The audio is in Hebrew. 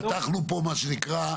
אנחנו לא פתחנו פה, מה שנקרא,